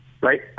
right